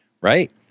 right